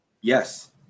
Yes